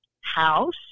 house